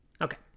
Okay